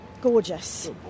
gorgeous